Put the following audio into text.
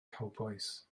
cowbois